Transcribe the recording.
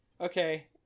okay